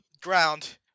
ground